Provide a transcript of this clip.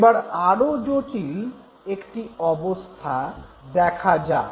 এবার আরো জটিল একটি অবস্থা দেখা যাক